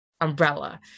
umbrella